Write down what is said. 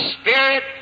Spirit